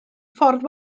ffordd